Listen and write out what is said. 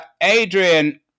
Adrian